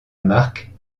marque